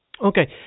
Okay